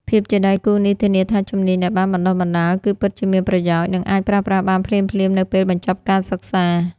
ភាពជាដៃគូនេះធានាថាជំនាញដែលបានបណ្តុះបណ្តាលគឺពិតជាមានប្រយោជន៍ និងអាចប្រើប្រាស់បានភ្លាមៗនៅពេលបញ្ចប់ការសិក្សា។